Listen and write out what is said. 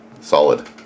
Solid